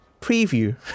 Preview